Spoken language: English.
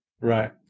Right